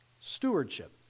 Stewardship